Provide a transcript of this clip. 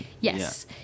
yes